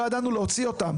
לא ידענו להוציא אותם,